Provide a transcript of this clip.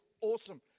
awesome